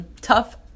Tough